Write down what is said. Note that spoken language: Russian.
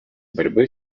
борьбы